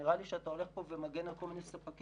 נראה לי שאתה הולך פה ומגן על כל מיני ספקים.